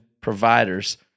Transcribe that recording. providers